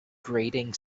grating